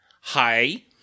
Hi